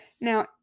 Now